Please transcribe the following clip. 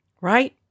right